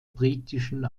britischen